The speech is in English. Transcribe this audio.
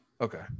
Okay